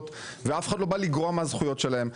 ואף אחד לא בא לגרוע מהזכויות שלהם.